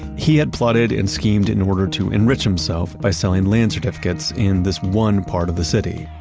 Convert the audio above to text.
he had plotted and schemed in order to enrich himself by selling land certificates in this one part of the city.